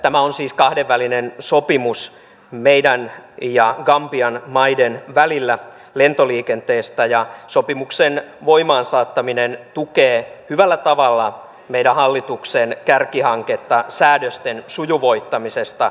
tämä on siis kahdenvälinen sopimus meidän ja gambian maiden välillä lentoliikenteestä ja sopimuksen voimaansaattaminen tukee hyvällä tavalla meidän hallituksemme kärkihanketta säädösten sujuvoittamisesta